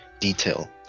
detail